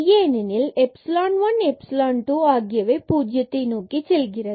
ஏனெனில் எப்சிலான்1 மற்றும் எப்சிலான் 2 ஆகியவை பூஜ்ஜியம் நோக்கி செல்கிறது